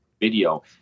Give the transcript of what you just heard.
video